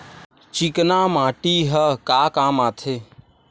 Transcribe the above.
चिकना माटी ह का काम आथे?